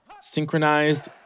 synchronized